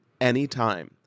anytime